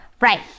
Right